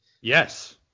Yes